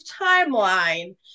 timeline